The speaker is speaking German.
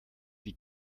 die